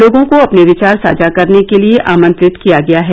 लोगों को अपने विचार साझा करने के लिए आंमत्रित किया गया है